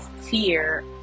fear